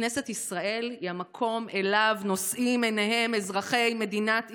כנסת ישראל היא המקום שאליו נושאים עיניהם אזרחי מדינת ישראל.